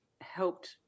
helped